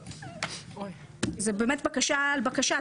זו בקשה על בקשה.